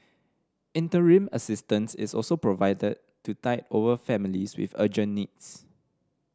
interim assistance is also provided to tide over families with urgent needs